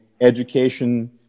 education